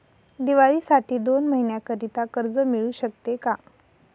दिवाळीसाठी दोन महिन्याकरिता कर्ज मिळू शकते का?